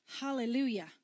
hallelujah